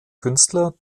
künstler